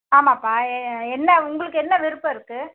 ஆமாப்பா என்ன உங்களுக்கு என்ன விருப்பம் இருக்குது